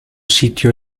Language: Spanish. sitio